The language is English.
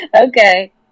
Okay